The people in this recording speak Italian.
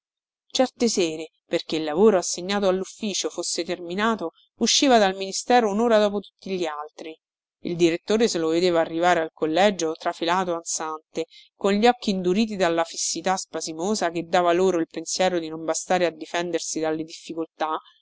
certe sere perché il lavoro assegnato allufficio fosse terminato usciva dal ministero unora dopo tutti gli altri il direttore se lo vedeva arrivare al collegio trafelato ansante con gli occhi induriti dalla fissità spasimosa che dava loro il pensiero di non bastare a difendersi dalle difficoltà